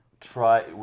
try